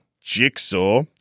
Jigsaw